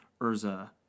Urza